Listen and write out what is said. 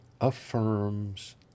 affirms